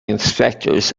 inspectors